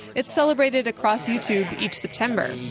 it's celebrated across youtube each september